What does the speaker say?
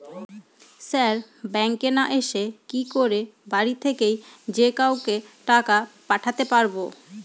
Sir ব্যাঙ্কে না এসে কি করে বাড়ি থেকেই যে কাউকে টাকা পাঠাতে পারবো?